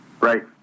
Right